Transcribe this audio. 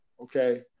Okay